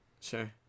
Sure